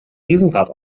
riesenrad